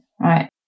right